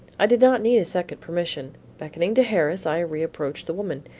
i did not need a second permission. beckoning to harris, i reapproached the woman.